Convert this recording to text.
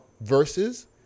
versus